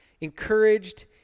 Encouraged